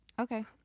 okay